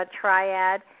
triad